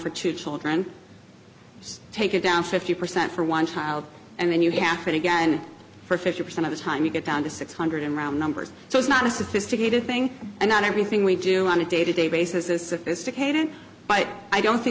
for two children take it down fifty percent for one child and then you have it again for fifty percent of the time you get down to six hundred in round numbers so it's not a sophisticated thing and not everything we do on a day to day basis is sophisticated but i don't